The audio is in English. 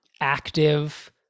active